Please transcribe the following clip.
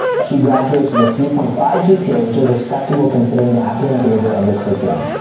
she graduates with a three point five gpa which is respectable considering the academic rigor of the curriculum.